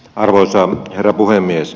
arvoisa herra puhemies